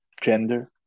gender